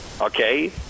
Okay